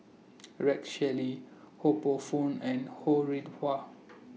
Rex Shelley Ho Poh Fun and Ho Rih Hwa